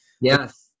Yes